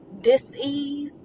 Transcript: disease